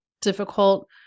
difficult